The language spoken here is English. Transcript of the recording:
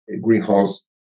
greenhouse